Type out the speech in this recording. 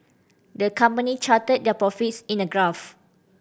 the company charted their profits in a graph